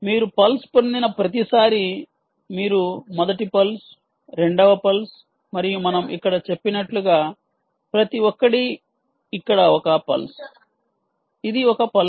మీరు పల్స్ పొందిన ప్రతిసారీ మీరు మొదటి పల్స్ రెండవ పల్స్ మరియు మనం ఇక్కడ చెప్పినట్లుగా ప్రతి ఒక్కటి ఇక్కడ ఒక పల్స్ ఇది ఒక పల్స్